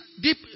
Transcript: deep